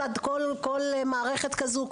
כל מערכת כזו,